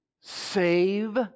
save